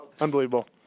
Unbelievable